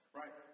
right